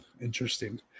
Interesting